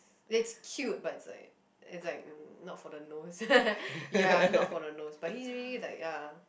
that's cute but it's like it's like not for the nose ya just not for the nose but he's really like ah